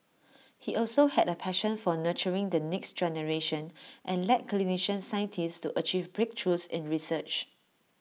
he also had A passion for nurturing the next generation and led clinician scientists to achieve breakthroughs in research